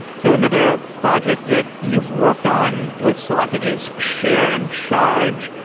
so another project that you've worked on with slock it is share and charge.